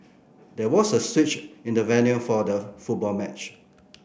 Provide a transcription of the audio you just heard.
there was a switch in the venue for the football match